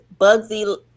Bugsy